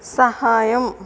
సహాయం